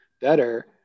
better